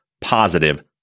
positive